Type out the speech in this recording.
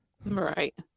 Right